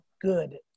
good